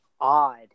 odd